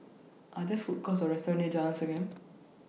Are There Food Courts Or restaurants near Jalan Segam